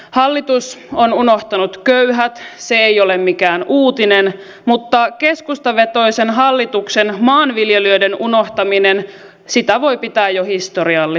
hallitus on unohtanut köyhät se ei ole mikään uutinen mutta keskustavetoisen hallituksen maanviljelijöiden unohtamista voi pitää jo historiallisena